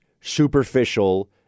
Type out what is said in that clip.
superficial